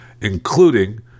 including